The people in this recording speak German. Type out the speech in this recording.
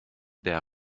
der